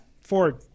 Ford